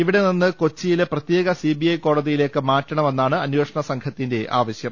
ഇവിടെ നിന്ന് കൊച്ചിയിലെ പ്രത്യേക സിബിഐ കോടതിയിലേക്ക് മാറ്റണമെന്നാണ് അന്വേഷണ സംഘത്തിന്റെ ആവശ്യം